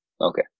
Okay